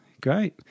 great